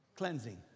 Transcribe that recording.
cleansing